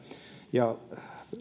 ja